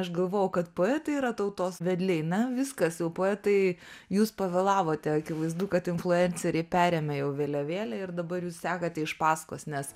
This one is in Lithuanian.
aš galvojau kad poetai yra tautos vedliai na viskas jau poetai jūs pavėlavote akivaizdu kad influenceriai perėmė jau vėliavėlę ir dabar jūs sekate iš pasakos nes